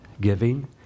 giving